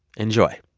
enjoy